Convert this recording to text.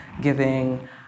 giving